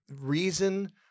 reason